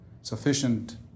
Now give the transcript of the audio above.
sufficient